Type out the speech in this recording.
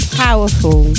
powerful